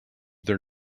their